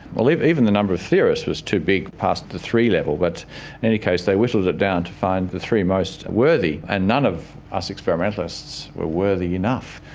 even the number of theorists was too big past the three level, but any case they whittled it down to find the three most worthy, and none of us experimentalists were worthy enough,